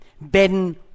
Ben